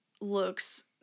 looks